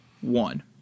one